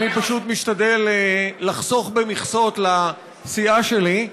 אני פשוט משתדל לחסוך במכסות לסיעה שלי,